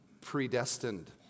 predestined